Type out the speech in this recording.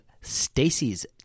Stacy's